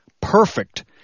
perfect